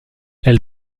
elle